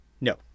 No